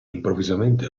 improvvisamente